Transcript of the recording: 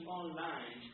online